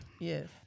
yes